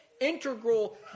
integral